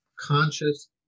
conscious